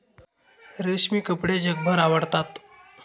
रेशमी कपडे जगभर आवडतात